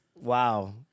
wow